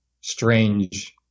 strange